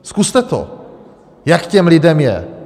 Zkuste to, jak těm lidem je.